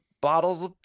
bottles